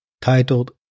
titled